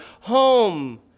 home